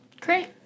Great